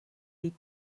die